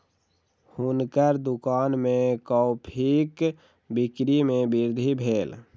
हुनकर दुकान में कॉफ़ीक बिक्री में वृद्धि भेल